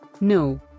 No